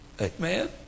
Amen